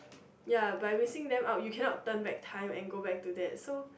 ya by missing them out you cannot turn back time and go back to that so